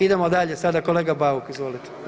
Idemo dalje sada, kolega Bauk, izvolite.